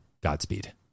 Godspeed